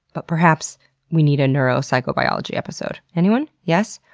but perhaps we need a neuropsychobiology episode. anyone? yes?